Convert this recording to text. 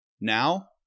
Now